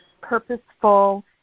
purposeful